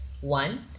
One